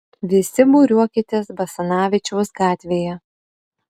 visi būriuokitės basanavičiaus gatvėje